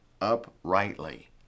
uprightly